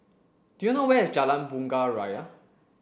do you know where is Jalan Bunga Raya